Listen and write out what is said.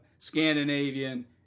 Scandinavian